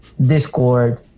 discord